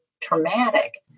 traumatic